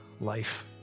life